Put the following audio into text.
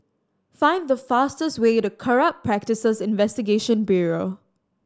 find the fastest way to Corrupt Practices Investigation Bureau